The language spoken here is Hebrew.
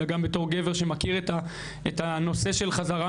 אלא גם בתור גבר שמכיר את הנושא של חזרה